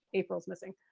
april's missing.